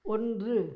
ஒன்று